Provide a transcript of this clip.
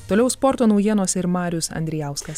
toliau sporto naujienos ir marijus andrijauskas